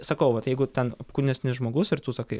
sakau vat jeigu ten apkūnesnis žmogus ir tu sakai